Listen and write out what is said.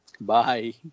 Bye